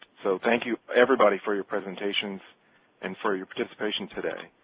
so thank you everybody for your presentations and for your participation today.